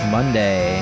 Monday